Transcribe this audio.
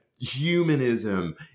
humanism